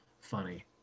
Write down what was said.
funny